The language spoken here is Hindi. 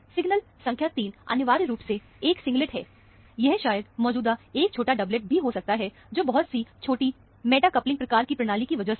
सिग्नल संख्या 3 अनिवार्य रूप से एक सिंगलेट है यह शायद मौजूदा एक छोटा डबलेट भी हो सकता है जो बहुत सी छोटी मैटा कपलिंग प्रकार की प्रणाली की वजह से है